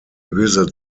visit